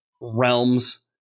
realms